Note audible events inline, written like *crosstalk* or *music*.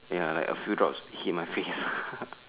ya like a few drops hit my face lah *laughs*